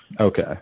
Okay